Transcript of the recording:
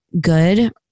good